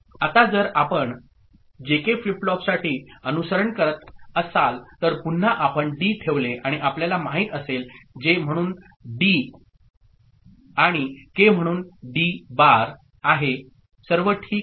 आता जर आपण जेके फ्लिप फ्लॉपसाठी अनुसरण करत असाल तर पुन्हा आपण डी ठेवले आणि आपल्याला माहित असेल जे म्हणून डी आणि के म्हणून डी बार आहे सर्व ठीक